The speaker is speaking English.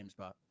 GameSpot